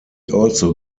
also